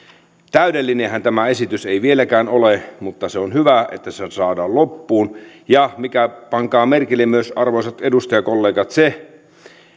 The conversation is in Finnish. täydellinenhän tämä esitys ei vieläkään ole mutta on hyvä että se saadaan loppuun ja pankaa merkille arvoisat edustajakollegat myös se